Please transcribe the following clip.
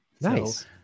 Nice